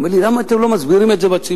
הוא אומר לי: למה אתם לא מסבירים את זה בציבור?